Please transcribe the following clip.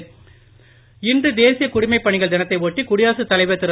குடிமைப்பணி இன்று தேசிய குடிமைப் பணிகள் தினத்தை ஒட்டி குடியரசுத் தலைவர் திரு